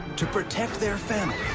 to protect their families